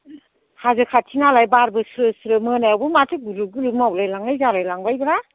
हाजो खाथिनालाय बारबो स्रो स्रो मोनायावबो माथो गुरलुब गुरलुब मावलाय लांनाय जालाय लांबायब्रा